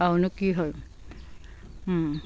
আৰুনো কি হয়